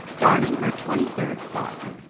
darning her twenty-third sock.